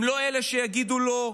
הם לא אלה שיגידו לא,